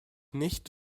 nicht